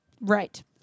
right